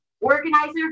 organizer